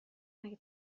مگه